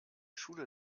schule